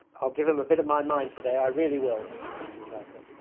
i'll give him a bit of my mind today, i really will continued nazarka.